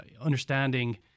understanding